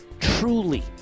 truly